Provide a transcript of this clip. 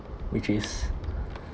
which is